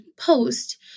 post